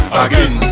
again